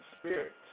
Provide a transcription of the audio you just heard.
spirits